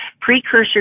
precursor